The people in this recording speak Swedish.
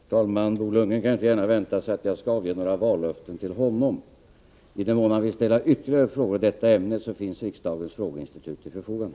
Herr talman! Bo Lundgren kan inte gärna vänta sig att jag skall avge några vallöften till honom. I den mån han vill ställa ytterligare frågor i detta ämne står riksdagens frågeinstitut till förfogande.